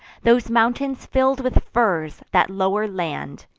those mountains fill'd with firs, that lower land,